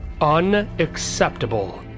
Unacceptable